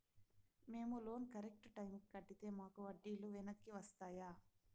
మేము loan correct టైముకి కట్టితే మాకు వడ్డీ లు వెనక్కి వస్తాయా?